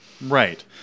Right